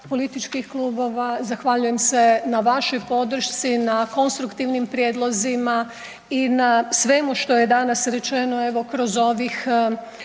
političkih klubova zahvaljujem se na vašoj podršci, na konstruktivnim prijedlozima i na svemu što je danas rečeno kroz ovih